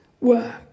work